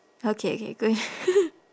okay okay good